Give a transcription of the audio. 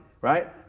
right